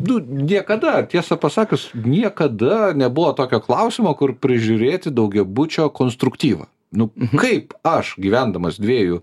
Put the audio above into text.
nu niekada tiesą pasakius niekada nebuvo tokio klausimo kur prižiūrėti daugiabučio konstruktyvą nu kaip aš gyvendamas dviejų